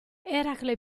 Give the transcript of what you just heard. eracle